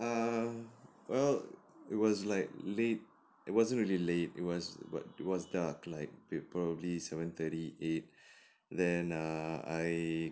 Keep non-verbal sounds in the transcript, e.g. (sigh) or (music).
err well it was like late it wasn't really late it was about it was dark like pr~ probably seven thirty eight (breath) then err I